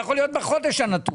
זה יכול להיות בחודש נתון.